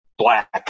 Black